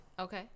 Okay